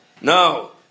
No